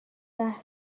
بحث